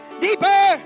deeper